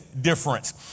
difference